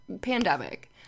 pandemic